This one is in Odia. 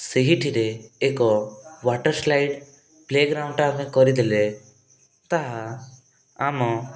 ସେହିଠିରେ ଏକ ୱାଟର୍ ସ୍ଲାଇଡ଼୍ ପ୍ଲେ ଗ୍ରାଉଣ୍ଡଟା ଆମେ କରିଦେଲେ ତାହା ଆମ